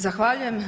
Zahvaljujem.